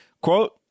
quote